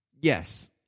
Yes